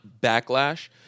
backlash